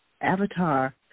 avatar